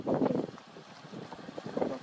okay او